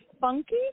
funky